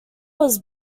was